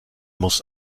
muss